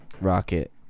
Rocket